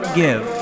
give